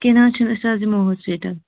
کینٛہہ نہ حظ چھُنہٕ أسۍ حظ یمو ہاسپٹل